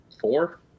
Four